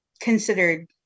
considered